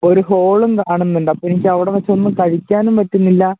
ഒരു ഹോളും കാണുന്നുണ്ട് അപ്പോള് എനിക്ക് അവിടെവെച്ചൊന്നും കഴിക്കാനും പറ്റുന്നില്ല